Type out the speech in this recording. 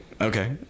okay